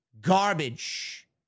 garbage